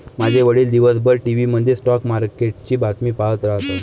माझे वडील दिवसभर टीव्ही मध्ये स्टॉक मार्केटची बातमी पाहत राहतात